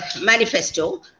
manifesto